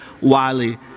Wiley